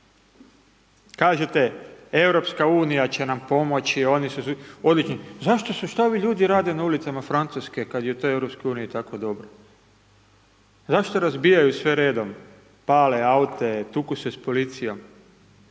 Kažete Europska unija će nam pomoći, oni su super, odlični, zašto su, šta ovi ljude rade na ulicama Francuske kad je to u Europskoj uniji tako dobro? Zašto razbijaju sve redom, pale aute, tuku se s policijom?